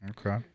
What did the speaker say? okay